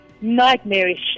nightmarish